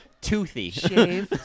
toothy